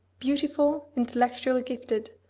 beautiful, intellectually gifted,